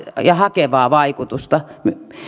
ja hakevaa vaikutusta